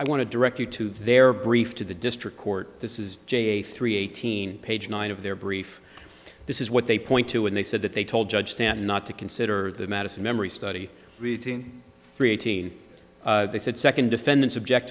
i want to direct you to their brief to the district court this is jay three eighteen page nine of their brief this is what they point to and they said that they told judge stanton not to consider the madison memory study relating three eighteen they said second defendant subject